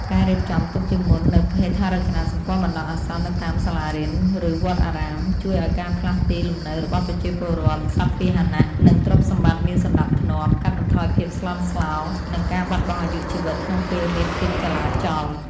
ការរៀបចំទុកជាមុននូវហេដ្ឋារចនាសម្ព័ន្ធបណ្ដោះអាសន្ននៅតាមសាលារៀន ឬវត្តអារាម ជួយឱ្យការផ្លាស់ទីលំនៅរបស់ប្រជាពលរដ្ឋ សត្វពាហនៈ និងទ្រព្យសម្បត្តិមានសណ្ដាប់ធ្នាប់ កាត់បន្ថយភាពស្លន់ស្លោ និងការបាត់បង់អាយុជីវិតក្នុងពេលមានភាពចលាចល។